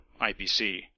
IPC